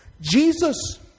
Jesus